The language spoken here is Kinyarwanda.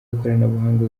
w’ikoranabuhanga